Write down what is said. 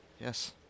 Yes